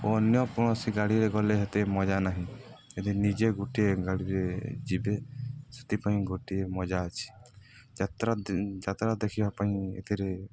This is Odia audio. ଅନ୍ୟ କୌଣସି ଗାଡ଼ିରେ ଗଲେ ଏତେ ମଜା ନାହିଁ ଏଥି ନିଜେ ଗୋଟିଏ ଗାଡ଼ିରେ ଯିବେ ସେଥିପାଇଁ ଗୋଟିଏ ମଜା ଅଛି ଯାତ୍ରା ଯାତ୍ରା ଦେଖିବା ପାଇଁ ଏଥିରେ